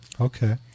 Okay